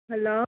hello